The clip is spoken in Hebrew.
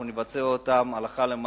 אנחנו נבצע אותם הלכה למעשה,